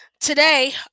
today